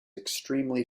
extremely